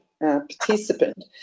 participant